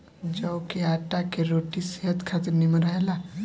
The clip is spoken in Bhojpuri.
जव के आटा के रोटी सेहत खातिर निमन रहेला